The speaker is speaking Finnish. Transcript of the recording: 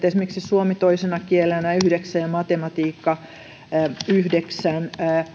esimerkiksi suomi toisena kielenä yhdeksän ja matematiikka yhdeksän